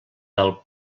del